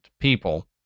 people